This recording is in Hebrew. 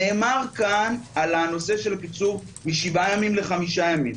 נאמר כאן על הנושא של הקיצור משבעה ימים לחמישה ימים.